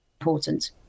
important